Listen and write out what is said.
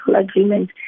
agreement